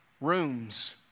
rooms